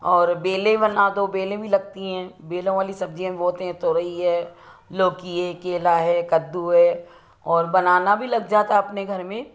और बेले बना दो बेले भी लगती हैं बेलों वाली सब्ज़ियाँ भी बहुत हैं तोरई है लोकी है केला है कद्दू है और बनाना भी लग जाता है अपने घर में